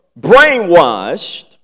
brainwashed